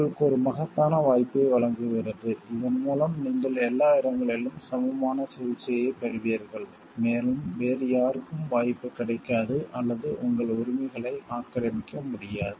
உங்களுக்கு ஒரு மகத்தான வாய்ப்பை வழங்குகிறது இதன்மூலம் நீங்கள் எல்லா இடங்களிலும் சமமான சிகிச்சையைப் பெறுவீர்கள் மேலும் வேறு யாருக்கும் வாய்ப்பு கிடைக்காது அல்லது உங்கள் உரிமைகளை ஆக்கிரமிக்க முடியாது